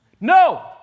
No